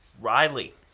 Riley